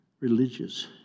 religious